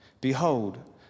Behold